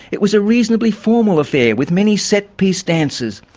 it was a reasonably formal affair with many set piece dances.